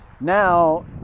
Now